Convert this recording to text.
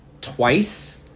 twice